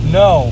no